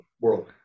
world